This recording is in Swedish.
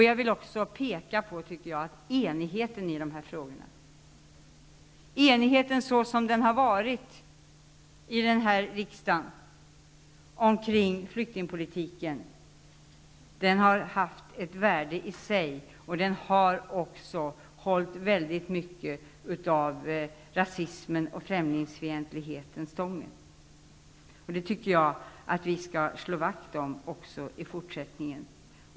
Jag vill också peka på enigheten i de här frågorna. Enigheten omkring flyktingpolitiken, sådan den har varit i riksdagen, har haft ett värde i sig. Den har också hållit väldigt mycket av rasismen och främlingsfientligheten stången. Det tycker jag att vi skall slå vakt om också i fortsättningen.